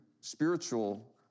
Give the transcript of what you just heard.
spiritual